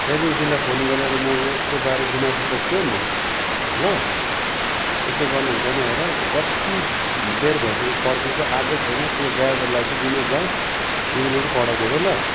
एजेन्सीलाई फोन गरेर म यसकोबारे गुनासो पोख्छु है म ल यस्तो गर्नु हुँदैन हेर कत्तिबेर भइसक्यो पर्खेको आएकै छैन त्यो ड्राइभरलाई चाहिँ विनोद भाइ तिमीले चाहिँ पठाइदेऊ है ल